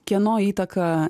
kieno įtaka